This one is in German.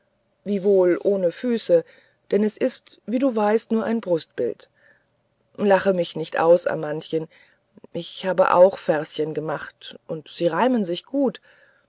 wiewohl ohne füße denn es ist wie du weißt nur ein brustbild lache mich nicht aus amandchen ich habe auch verschen gemacht und sie reimen sich gut